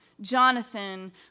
Jonathan